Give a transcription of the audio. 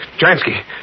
Jansky